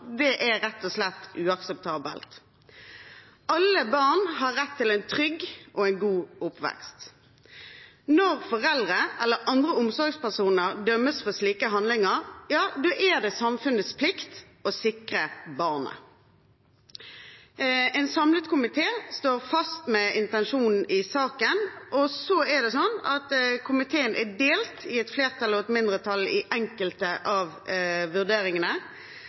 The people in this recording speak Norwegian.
er rett og slett uakseptabelt. Alle barn har rett til en trygg og god oppvekst. Når foreldre eller andre omsorgspersoner dømmes for slike handlinger, er det samfunnets plikt å sikre barnet. En samlet komité står fast ved intensjonen i saken, og komiteen er delt i et flertall og et mindretall i synet på enkelte av vurderingene,